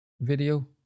video